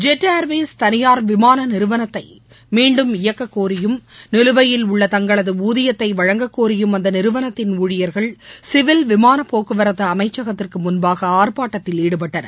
jet Airways தனியார் விமான நிறுவனத்தை மீண்டும் இயக்கக்கோரியும் நிலுவையில் உள்ள தங்களது ஊதியத்தை வழங்கக்கோரியும் அந்த நிறுவனத்தின் ஊழியர்கள் சிவில் விமானப்போக்குவரத்து அமைச்சகத்திற்கு முன்பாக ஆர்ப்பாட்டத்தில் ஈடுபட்டனர்